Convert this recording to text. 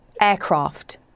aircraft